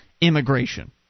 immigration